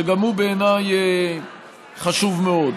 שגם הוא בעיניי חשוב מאוד.